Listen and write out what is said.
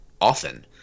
often